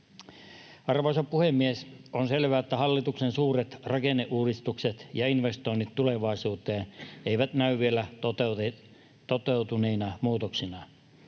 Arvoisa puhemies! On selvää, että hallituksen suuret rakenneuudistukset ja investoinnit tulevaisuuteen eivät näy vielä toteutuneina muutoksina